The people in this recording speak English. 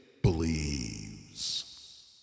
believes